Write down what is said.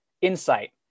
insight